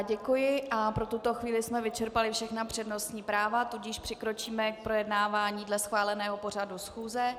Děkuji a pro tuto chvíli jsme vyčerpali všechna přednostní práva, tudíž přikročíme k projednávání dle schváleného pořadu schůze.